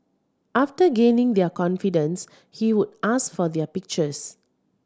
after gaining their confidence he would ask for their pictures